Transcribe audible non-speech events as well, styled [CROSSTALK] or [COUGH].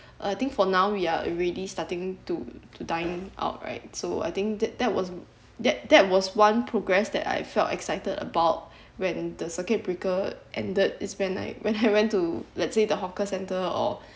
I think for now we are already starting to to dine out right so I think that that was that that was one progress that I felt excited about when the circuit breaker ended is when like when [LAUGHS] I went to let's say the hawker centre or